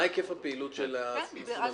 מה היקף הפעילות של המסלול המקוצר?